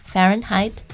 Fahrenheit